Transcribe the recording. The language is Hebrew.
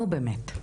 נו באמת.